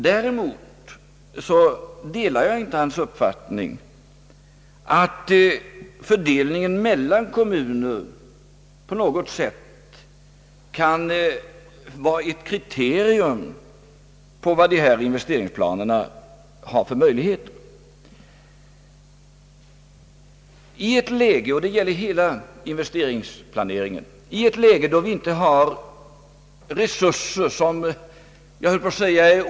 Däremot delar jag inte hans uppfattning att fördelningen mellan kommunerna på något sätt kan vara ett kriterium på vad dessa investeringsplaner har för möjligheter i ett läge — och det gäller hela investeringsplaneringen — då vi inte har outtömliga resurser.